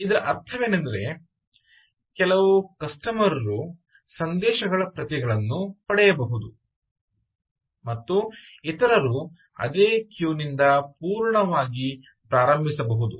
ಆದ್ದರಿಂದ ಇದರ ಅರ್ಥವೇನೆಂದರೆ ಕೆಲವು ಕಸ್ಟಮರ್ ರು ಸಂದೇಶಗಳ ಪ್ರತಿಗಳನ್ನು ಪಡೆಯಬಹುದು ಮತ್ತು ಇತರರು ಅದೇ ಕ್ಯೂ ನಿಂದ ಪೂರ್ಣವಾಗಿ ಪ್ರಾರಂಭಿಸಬಹುದು